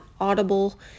Audible